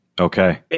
Okay